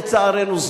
לצערנו,